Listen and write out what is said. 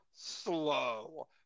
slow